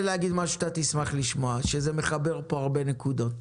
שאתה תשמח לשמוע, שזה מחבר פה הרבה נקודות.